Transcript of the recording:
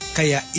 kaya